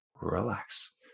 relax